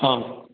অঁ